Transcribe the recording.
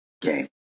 game